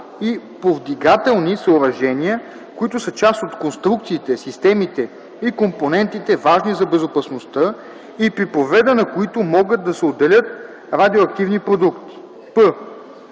и повдигателни съоръжения, които са част от конструкциите, системите и компонентите, важни за безопасността, и при повредата на които могат да се отделят радиоактивни продукти.”;